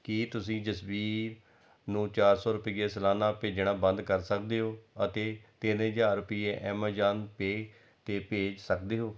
ਕੀ ਤੁਸੀਂ ਜਸਬੀਰ ਨੂੰ ਚਾਰ ਸੌ ਰੁਪਈਏ ਸਲਾਨਾ ਭੇਜਣਾ ਬੰਦ ਕਰ ਸਕਦੇ ਹੋ ਅਤੇ ਤਿੰਨ ਹਜ਼ਾਰ ਰੁਪਈਏ ਐਮਾਜਾਨ ਪੇ 'ਤੇ ਭੇਜ ਸਕਦੇ ਹੋ